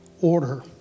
order